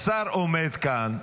השר עומד כאן,